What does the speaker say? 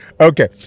okay